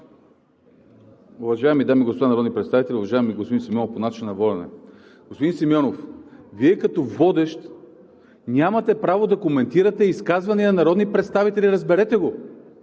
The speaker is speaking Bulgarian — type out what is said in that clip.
Уважаеми дами и господа народни представители! Уважаеми господин Симеонов, по начина на водене. Господин Симеонов, Вие като водещ нямате право да коментирате изказвания на народни представители. Разберете го!